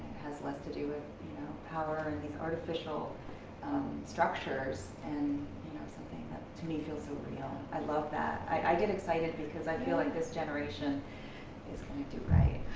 has less to do with you know power and these artificial structures and you know something that, to me, feels so real. i love that. i get excited because i feel like this generation is gonna do right.